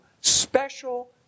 special